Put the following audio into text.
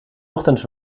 ochtends